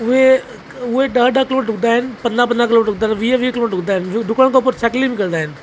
उहे उहे ॾाढा किलोमीटर ॾुंकदा आहिनि पंद्रहं पंद्रहं किलोमीटर वीह वीह किलोमीटर ॾुकंदा आहिनि ॾुकण खां पोइ साइकिलिंग बि कंदा आहिनि